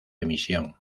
emisión